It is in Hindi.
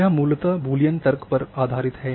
यह मूलतः बूलियन तर्क पर आधारित है